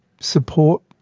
support